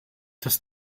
das